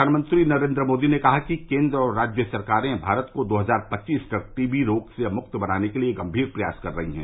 प्रधानमंत्री नरेन्द्र मोदी ने कहा कि केन्द्र और राज्य सरकारें भारत को दो हजार पच्चीस तक दीबी रोग से मुक्त बनाने के लिए गंभीर प्रयास कर रही हैं